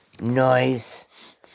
Noise